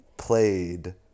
Played